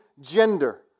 gender